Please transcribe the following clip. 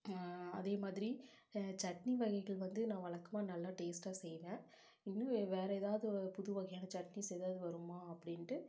அதே மாதிரி சட்னி வகைகள் வந்து நான் வழக்கமாக நல்லா டேஸ்ட்டாக செய்வேன் இன்னும் வேற எதாவது புது வகையான சட்னிஸ் எதாவது வருமா அப்படின்ட்டு